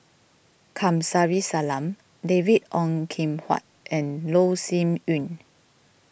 Kamsari Salam David Ong Kim Huat and Loh Sin Yun